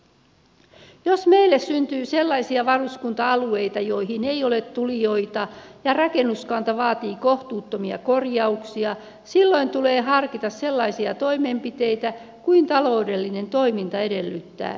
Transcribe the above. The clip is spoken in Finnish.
jos meille syntyy sellaisia varuskunta alueita mihin ei ole tulijoita ja missä rakennuskanta vaatii kohtuuttomia korjauksia silloin tulee harkita sellaisia toimenpiteitä kuin taloudellinen toiminta edellyttää